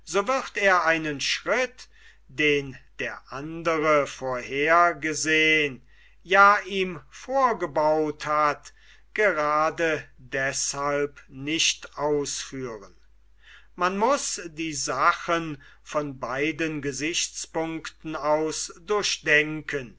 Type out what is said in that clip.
so wird er einen schritt den der andre vorhergesehn ja ihm vorgebaut hat grade deshalb nicht ausführen man muß die sachen von beiden gesichtspunkten aus durchdenken